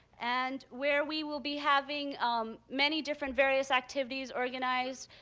and where we will be having many different various activities organized.